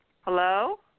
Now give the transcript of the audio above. Hello